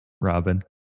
Robin